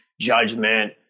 judgment